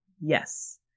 Yes